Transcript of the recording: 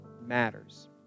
matters